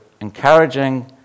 encouraging